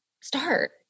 start